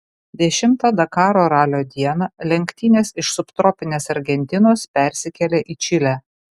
dešimtą dakaro ralio dieną lenktynės iš subtropinės argentinos persikėlė į čilę